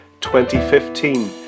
2015